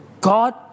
God